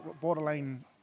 borderline